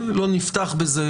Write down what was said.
לא נפתח בזה,